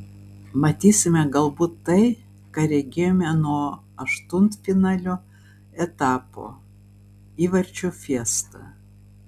matysime galbūt tai ką regėjome nuo aštuntfinalio etapo įvarčių fiestą